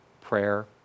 prayer